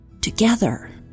Together